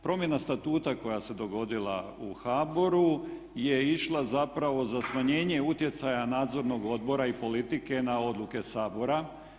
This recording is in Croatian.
Promjena Statuta koja se dogodila u HBOR-u je išla zapravo za smanjenje utjecaja Nadzornog odbora i politike na odluke Sabora.